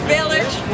Village